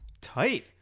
Tight